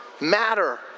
matter